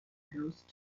ghost